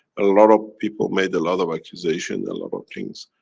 a lot of people made a lot of accusation, a lot of things.